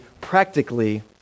practically